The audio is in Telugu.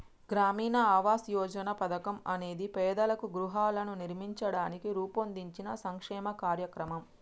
గ్రామీణ ఆవాస్ యోజన పథకం అనేది పేదలకు గృహాలను నిర్మించడానికి రూపొందించిన సంక్షేమ కార్యక్రమం